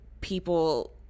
people